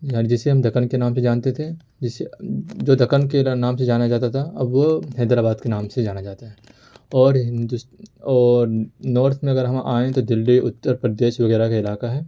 یعنی جسے ہم دکن کے نام سے جانتے تھے جو دکن کے نام سے جانا جاتا تھا اب وہ حیدرآباد کے نام سے جانا جاتا ہے اور ہندوستان اور نارتھ میں اگر ہم آئیں تو دلی اتر پردیش وغیرہ کا علاقہ ہے